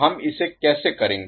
तो हम इसे कैसे करेंगे